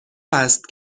است